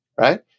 right